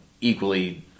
equally